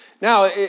Now